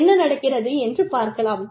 என்ன நடக்கிறது என்று பார்க்கலாம்